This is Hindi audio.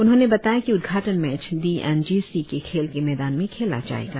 उन्होंने बताया कि उद्घाटन match D N G C के खेल के मैदान में खेला जाएगा